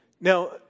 Now